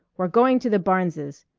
we're going to the barneses.